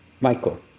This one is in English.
Michael